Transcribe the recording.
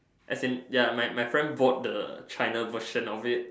as in ya my my my friend bought the China version of it